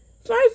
five